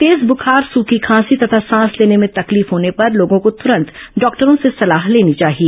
तेज बूखार सूखी खांसी तथा सांस लेने में तकलीफ होने पर लोगों को तुरंत डॉक्टरों से सलाह लेनी चाहिए